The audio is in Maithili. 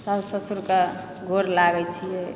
साउस ससुरके गोर लागैत छियै